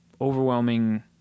overwhelming